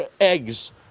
eggs